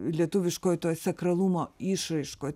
lietuviškoj toj sakralumo išraiškoj